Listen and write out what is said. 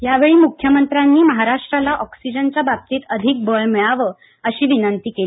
यावेळी म्ख्यमंत्र्यांनी महाराष्ट्राला ऑक्सिजनच्या बाबतीत अधिक बळ मिळावे अशी विनंती केली